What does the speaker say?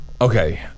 Okay